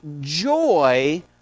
joy